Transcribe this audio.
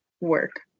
work